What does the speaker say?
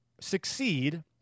succeed